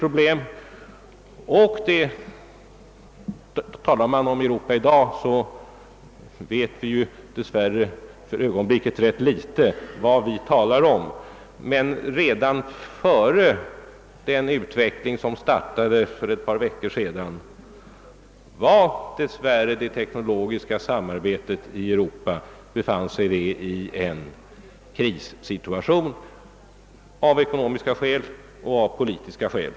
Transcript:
När vi talar om Europa i dag vet vi tyvärr ganska litet vad vi talar om. Men redan före den utveckling som började för ett par veckor sedan befann sig dess värre det teknologiska samarbetet i Europa i en krissituation — av ekonomiska och politiska skäl.